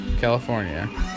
California